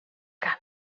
cants